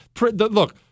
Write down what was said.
Look